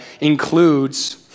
includes